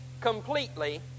completely